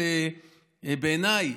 בעיניי,